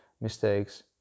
mistakes